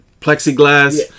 plexiglass